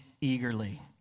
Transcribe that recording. eagerly